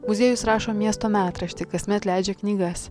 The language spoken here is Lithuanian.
muziejus rašo miesto metraštį kasmet leidžia knygas